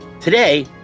Today